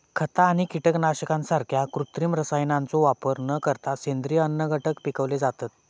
खता आणि कीटकनाशकांसारख्या कृत्रिम रसायनांचो वापर न करता सेंद्रिय अन्नघटक पिकवले जातत